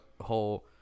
whole